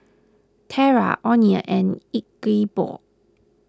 Terra oneal and Ingeborg